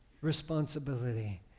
responsibility